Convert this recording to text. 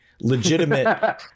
legitimate